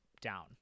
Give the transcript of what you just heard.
down